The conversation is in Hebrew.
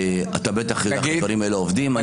אתה בטח יודע איך הדברים האלה עובדים.